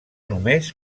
només